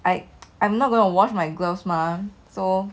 I I'm not going to wash my gloves mah so